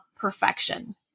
perfection